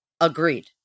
Agreed